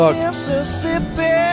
Mississippi